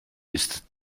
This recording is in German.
ist